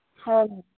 हो हो